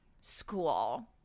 school